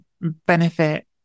benefit